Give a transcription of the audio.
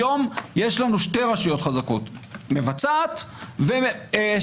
היום יש לנו שתי רשויות חזקות: מבצעת ושופטת.